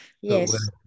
Yes